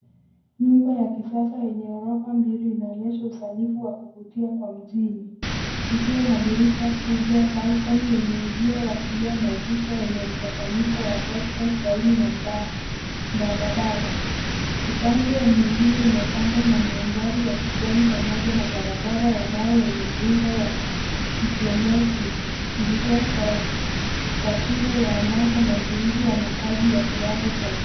Nyumba ya kisasa yenye ghorofa mbili inaonyesha usanifu wa kuvutia kwa mjini ikiwa na dirisha kubwa, balcony yenye uzio wa kioo na ukuta wenye mchanganyiko wa textures laini na mbao mbabambaba. Upande mwengine umepambwa na maadhari ya kijani pamoja na barabara ya mawe yenye muundo wa kijiometri ikitoa taswira ya anasa na utulivu wa makazi ya kiwango cha juu.